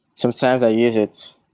sometimes i use it.